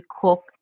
cook